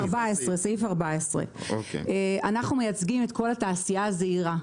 אנחנו מייצגים את כל התעשייה הזעירה.